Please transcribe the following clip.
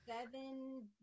seven